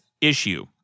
issue